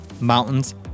mountains